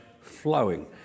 flowing